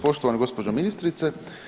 Poštovana gospođo ministrice.